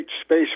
space